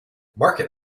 market